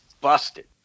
busted